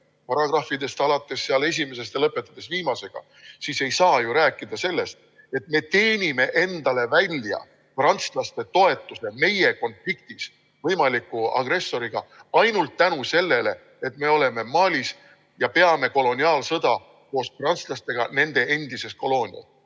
lepingutele alates esimesest paragrahvist lõpetades viimasega, siis ei saa ju rääkida sellest, et me teenime endale välja prantslaste toetuse konfliktis võimaliku agressoriga ainult tänu sellele, et me oleme Malis ja peame koloniaalsõda koos prantslastega nende endises koloonias.